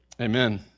Amen